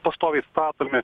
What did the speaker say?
pastoviai statomi